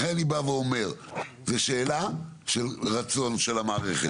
לכן אני בא ואומר, זו שאלה של רצון של המערכת.